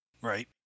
Right